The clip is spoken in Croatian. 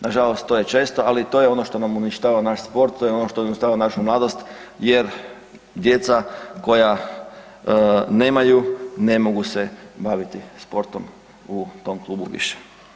Nažalost to je često, ali to je ono što nam uništava naš sport, to je ono što uništava našu mladost jer djeca koja nemaju ne mogu se baviti sportom u tom klubu više.